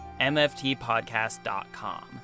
mftpodcast.com